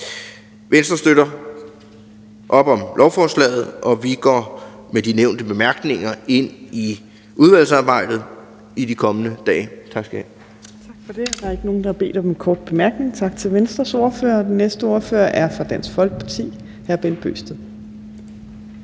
Venstre støtter op om lovforslaget, og vi går med de nævnte bemærkninger ind i udvalgsarbejdet i de kommende dage. Tak skal I have.